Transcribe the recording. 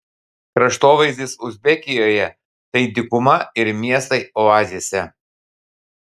kraštovaizdis uzbekijoje tai dykuma ir miestai oazėse